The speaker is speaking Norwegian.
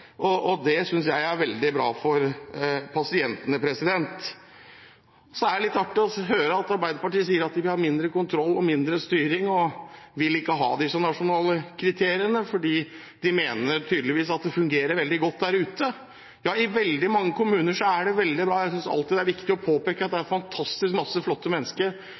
til, og det synes jeg er veldig bra for pasientene. Det er litt artig å høre at Arbeiderpartiet sier at de vil ha mindre kontroll, mindre styring og ikke vil ha disse nasjonale kriteriene, for de mener tydeligvis at det fungerer veldig godt der ute. Ja, i veldig mange kommuner er det veldig bra. Jeg synes alltid det er viktig å påpeke at det er fantastisk mange flotte mennesker